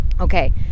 okay